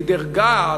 והיא דירגה,